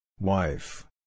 Wife